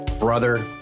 brother